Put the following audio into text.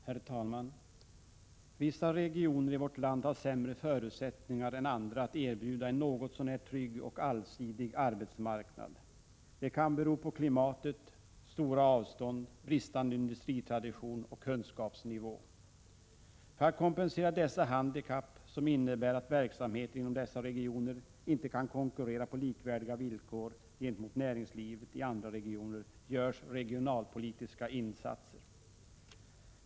Herr talman! Vissa regioner i vårt land har sämre förutsättningar än andra att erbjuda en något så när trygg och allsidig arbetsmarknad. Det kan bero på klimatet, stora avstånd, bristande industritradition och kunskapsnivå. För att kompensera dessa handikapp, som innebär att verksamheter inom dessa regioner inte kan konkurrera på likvärdiga villkor gentemot näringslivet i andra regioner, görs regionalpolitiska insatser.